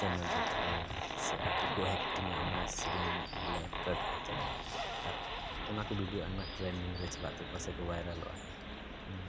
channel ᱨᱮᱠᱚ ᱟᱲᱟᱜᱟ ᱥᱮ ᱟᱠᱚ ᱠᱚ ᱮᱠᱴᱤᱝᱟ ᱚᱱᱟ ᱥᱮᱨᱮᱧ ᱵᱚᱞᱮ ᱠᱟᱨᱴ ᱠᱟᱛᱮᱫ ᱟᱨ ᱚᱱᱟ ᱠᱚ ᱵᱷᱤᱰᱭᱳ ᱟᱭᱢᱟ ᱴᱨᱮᱱᱰᱤᱝ ᱨᱮ ᱪᱟᱞᱟᱜ ᱛᱟᱠᱚᱣᱟ ᱥᱮ ᱵᱷᱟᱭᱨᱟᱞᱚᱜᱼᱟ